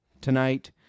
tonight